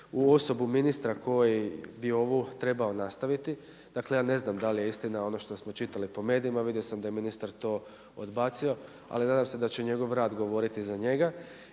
u osobu ministra koji bi ovo trebao nastaviti. Dakle ja ne znam da li je istina ono što smo čitali po medijima, vidio sam da je ministar to odbacio ali nadam se da će njegov rad govoriti za njega.